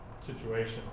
situation